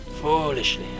foolishly